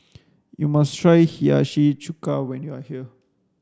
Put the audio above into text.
you must try Hiyashi Chuka when you are here